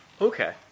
okay